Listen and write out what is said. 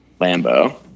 lambo